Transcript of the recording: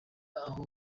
aho